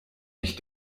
mich